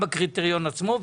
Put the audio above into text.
בקריטריון עצמו,